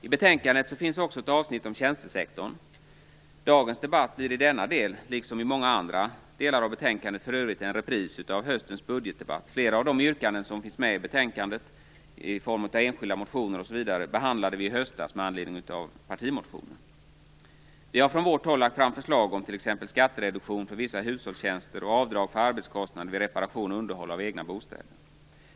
I betänkandet finns också ett avsnitt om tjänstesektorn. Dagens debatt blir i denna del, liksom i många andra delar för övrigt, en repris från höstens budgetdebatt. Flera av de yrkanden som finns med i de enskilda motioner som behandlas i betänkandet behandlade vi i höstas med anledning av partimotioner. Vi har från vårt håll lagt fram förslag om t.ex. skattereduktion för vissa hushållstjänster och avdrag för arbetskostnader vid reparation och underhåll av egna bostäder.